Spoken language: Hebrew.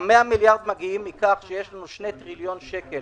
ה-100 מיליארד מגיעים מכך שיש לנו 2 טריליון שקל